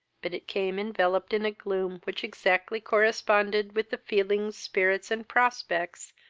but it came enveloped in a gloom which exactly corresponded with the feelings, spirits, and prospects,